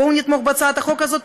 בואו נתמוך בהצעת החוק הזאת,